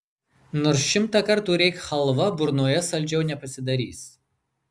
nors šimtą kartų rėk chalva burnoje saldžiau nepasidarys